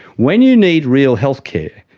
when you need real healthcare,